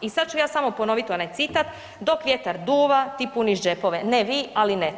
I sad ću ja samo ponoviti onaj citat „Dok vjetar duva, ti puniš džepove.“ Ne vi, ali netko.